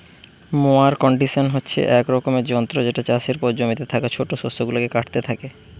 mower condition হচ্ছে এক রকমের যন্ত্র যেটা চাষের পর জমিতে থাকা ছোট শস্য গুলাকে কাটতে থাকে